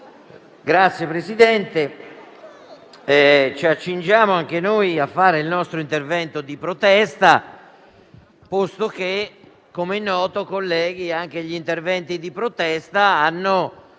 Signor Presidente, ci accingiamo anche noi a fare il nostro intervento di protesta, posto che, come è noto, anche gli interventi di protesta hanno